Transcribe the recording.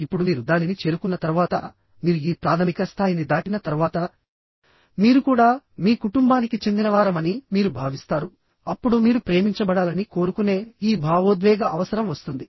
ఇప్పుడు మీరు దానిని చేరుకున్న తర్వాత మీరు ఈ ప్రాథమిక స్థాయిని దాటిన తర్వాత మీరు కూడా మీ కుటుంబానికి చెందినవారమని మీరు భావిస్తారు అప్పుడు మీరు ప్రేమించబడాలని కోరుకునే ఈ భావోద్వేగ అవసరం వస్తుంది